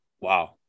wow